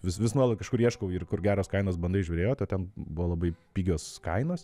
vis vis kažkur ieškau ir kur geros kainos bandai žiūrėt o ten buvo labai pigios kainos